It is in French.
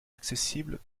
accessibles